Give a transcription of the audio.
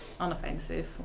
unoffensive